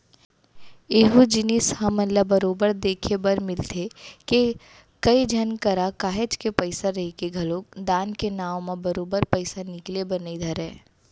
एहूँ जिनिस हमन ल बरोबर देखे बर मिलथे के, कई झन करा काहेच के पइसा रहिके घलोक दान के नांव म बरोबर पइसा निकले बर नइ धरय